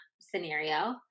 scenario